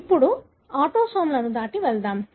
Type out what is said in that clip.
ఇప్పుడు ఆటోసోమ్లను దాటి వెళ్దాం